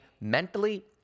mentally